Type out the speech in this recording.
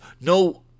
no